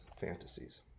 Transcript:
fantasies